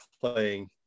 playing